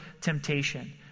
temptation